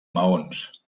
maons